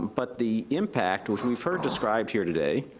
but the impact, which we've heard described here today,